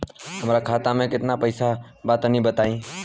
हमरा खाता मे केतना पईसा बा तनि बताईं?